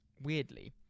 weirdly